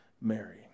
Mary